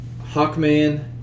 Hawkman